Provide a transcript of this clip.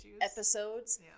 episodes